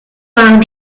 waren